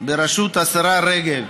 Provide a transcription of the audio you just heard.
בראשות השרה רגב,